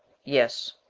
yes.